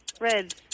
Red